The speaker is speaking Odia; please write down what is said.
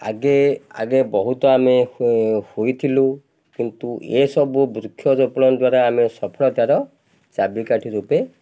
ଆଗେ ଆଗେ ବହୁତ ଆମେ ହୋଇଥିଲୁ କିନ୍ତୁ ଏସବୁ ବୃକ୍ଷରୋପଣ ଦ୍ୱାରା ଆମେ ସଫଳତାର ଚାବିକାଠି ରୂପେ